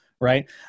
right